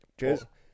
cheers